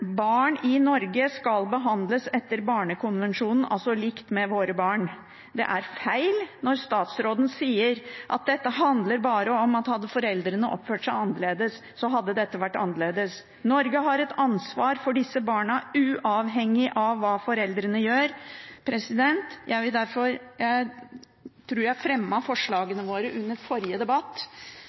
Barn i Norge skal behandles etter barnekonvensjonen – altså likt med våre barn. Det er feil når statsråden sier at dette bare handler om at hadde foreldene oppført seg annerledes, hadde det vært annerledes. Norge har et ansvar for disse barna, uavhengig av hva foreldrene gjør. Jeg tror jeg fremmet forslagene våre under forrige debatt,